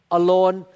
alone